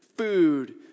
Food